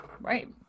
Right